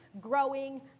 growing